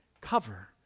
cover